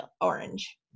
Orange